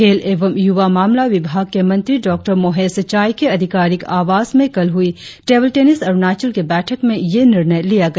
खेल अवं युवा मामला विभाग के मंत्री डाँ मोहेश चाइ के अधिकारिक आवास में कल हुई टेबल टेनिस अरुणाचल की बैठक में यह निर्णय लिया गया